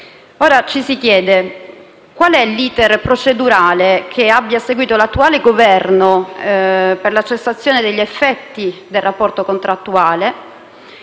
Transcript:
Ora ci si chiede quale sia l'*iter* procedurale che ha seguito l'attuale Governo per la cessazione degli effetti del rapporto contrattuale;